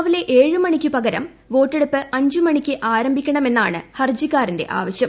രാവിലെ ഏഴു മണിക്ക് പകരം വോട്ടെടുപ്പ് അഞ്ചു മണിക്ക് ആരംഭിക്കണമെന്നാണ് ഹർജിക്കാരന്റെ ആവശ്യം